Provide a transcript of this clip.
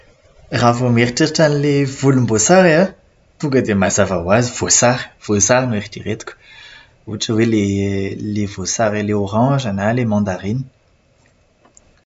Raha vao mieritreritra an'ilay volomboasary an, tonga dia mazava ho azy voasary. Voasary no eritreretiko. Ohatra hoe ilay voasary ilay oranza na ilay mandarinina.